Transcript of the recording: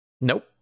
Nope